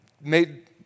made